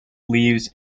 leaves